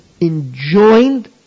enjoined